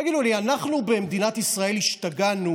תגידו לי, אנחנו במדינת ישראל השתגענו?